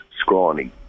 scrawny